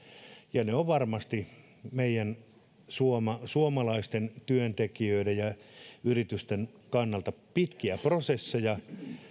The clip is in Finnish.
ja ne ovat varmasti meidän suomalaisten työntekijöiden ja yritysten kannalta pitkiä prosesseja